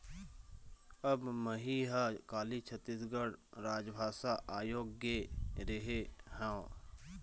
अब मही ह काली छत्तीसगढ़ राजभाषा आयोग गे रेहे हँव